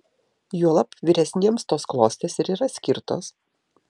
juolab vyresniems tos klostės ir yra skirtos